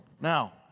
Now